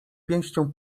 pięścią